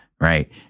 right